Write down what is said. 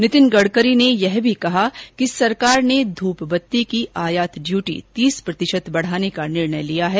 नितिन गडकरी ने ये भी कहा कि सरकार ने ध्रपबत्ती की आयात डीयूटी तीस प्रतिशत बढाने का निर्णय लिया है